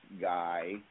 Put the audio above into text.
guy